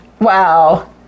Wow